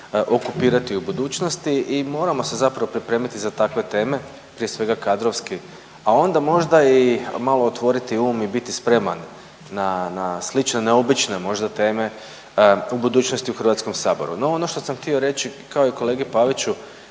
okupirati u budućnosti i moramo se zapravo pripremiti za takve teme, prije svega kadrovski, a onda možda malo otvoriti i um i biti spreman na slične neobične možda teme u budućnosti u HS-u. No ono što sam htio reći kao i kolegi Paviću